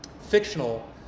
fictional